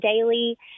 daily